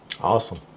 awesome